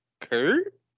Kurt